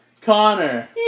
Connor